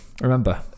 Remember